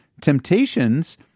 Temptations